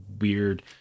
weird